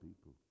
people